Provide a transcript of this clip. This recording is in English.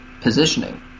positioning